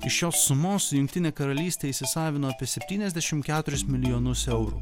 iš šios sumos jungtinė karalystė įsisavino apie septyniasdešim keturis milijonus eurų